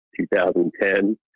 2010